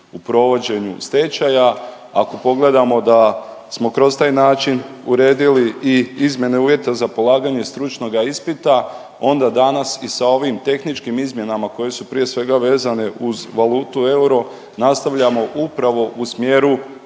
u provođenju stečaja. Ako pogledamo da smo kroz taj način uredili i izmjene uvjeta za polaganje stručnoga ispita onda danas i sa ovim tehničkim izmjenama koje su prije svega vezane uz valutu euro, nastavljamo upravo u smjeru